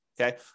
okay